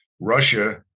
russia